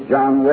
John